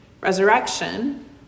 Resurrection